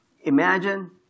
Imagine